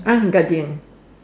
ah Guardian